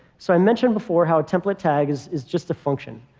so i mentioned before how a template tag is is just a function.